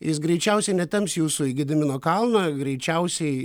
jis greičiausiai netemps jūsų į gedimino kalną greičiausiai